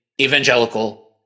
evangelical